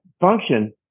function